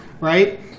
Right